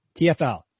TFL